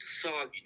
soggy